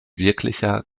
wirklicher